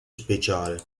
speciale